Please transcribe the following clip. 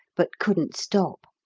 but couldn't stop.